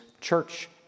church